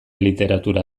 literatura